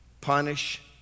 punish